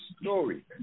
story